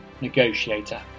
Negotiator